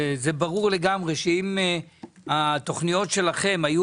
ברור לגמרי שאם התכניות שלכם היו